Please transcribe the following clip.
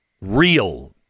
real